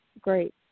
Great